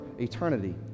eternity